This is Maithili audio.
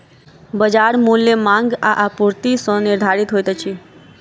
बजार मूल्य मांग आ आपूर्ति सॅ निर्धारित होइत अछि